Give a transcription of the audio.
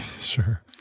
Sure